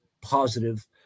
positive